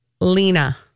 Lena